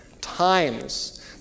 times